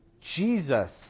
Jesus